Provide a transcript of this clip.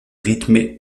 rythmée